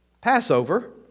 Passover